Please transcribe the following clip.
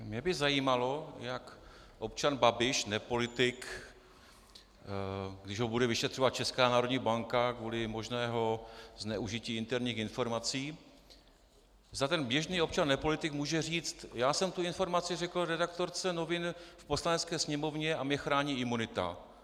Mě by zajímalo, jak občan Babiš nepolitik, když ho bude vyšetřovat Česká národní banka kvůli možnému zneužití interních informací, zda ten běžný občan nepolitik může říct: já jsem tu informaci řekl redaktorce novin v Poslanecké sněmovně a mě chrání imunita.